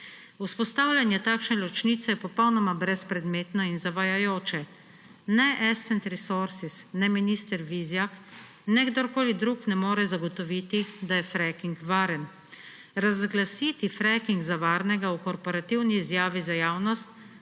Vzpostavljanje takšne ločnice je popolnoma brezpredmetno in zavajajoče, ne Ascent Resources, ne minister Vizjak, ne kdorkoli drug ne more zagotoviti, da je facking varen. Razglasiti fracking za varnega v korporativni izjavi za javnost